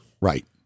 right